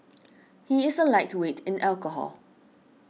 he is a lightweight in alcohol